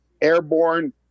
airborne